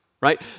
right